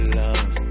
love